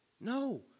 No